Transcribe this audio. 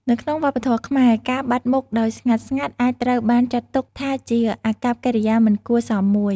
នៅក្នុងវប្បធម៌ខ្មែរ ការបាត់មុខដោយស្ងាត់ៗ អាចត្រូវបានចាត់ទុកថាជាអាកប្បកិរិយាមិនគួរសមមួយ។